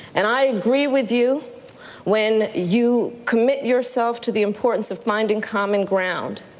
and i agree with you when you commit yourself to the importance of finding common ground.